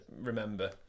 remember